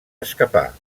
escapar